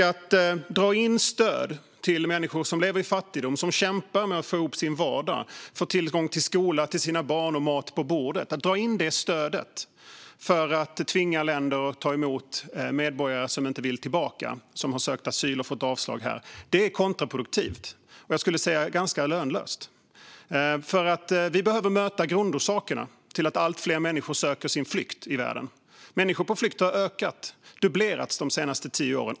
Att dra in stöd till människor som lever i fattigdom, som kämpar med att få ihop sin vardag, få tillgång till skola till sina barn och mat på bordet, för att tvinga länder att ta emot medborgare som inte vill tillbaka, som har sökt asyl och fått avslag, är kontraproduktivt och lönlöst. Vi behöver möta grundorsakerna till att allt fler människor söker sin flykt i världen. Antalet människor på flykt har dubblerats de senaste tio åren.